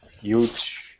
huge